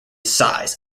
size